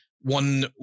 One